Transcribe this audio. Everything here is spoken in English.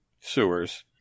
sewers